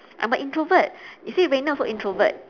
I'm an introvert you see rena also introvert